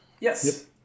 Yes